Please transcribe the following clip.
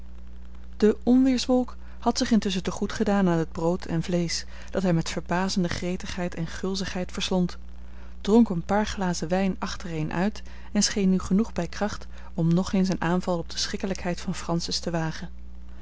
de onweerswolk had zich intusschen te goed gedaan aan het brood en vleesch dat hij met verbazende gretigheid en gulzigheid verslond dronk een paar glazen wijn achtereen uit en scheen nu genoeg bij kracht om nog eens een aanval op de schikkelijkheid van francis te wagen